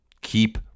Keep